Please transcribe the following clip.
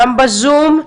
גם בזום,